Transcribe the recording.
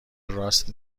راست